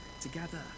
together